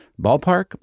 Ballpark